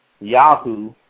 Yahoo